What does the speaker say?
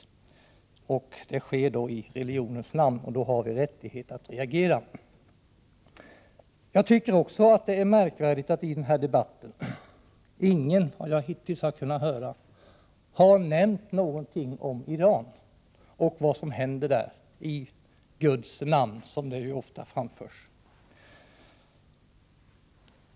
Jag tycker också att det är märkvärdigt att i den här debatten ingen, vad jag hittills har kunnat höra, har nämnt någonting om Iran och vad som händer där —- i Guds namn, som det ofta framställs.